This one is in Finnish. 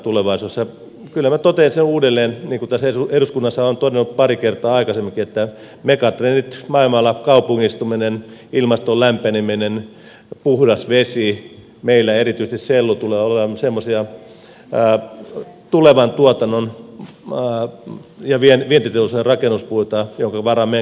kyllä minä totean sen uudelleen niin kuin täällä eduskunnassa olen todennut pari kertaa aikaisemminkin että megatrendit maailmalla kaupungistuminen ilmaston lämpeneminen puhdas vesi meillä erityisesti sellu tulevat olemaan semmoisia tulevan tuotannon ja vientiteollisuuden rakennuspuita joiden varaan meidän kannattaa rakentaa